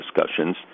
discussions